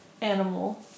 animal